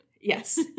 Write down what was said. Yes